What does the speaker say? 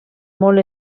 molt